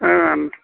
ओम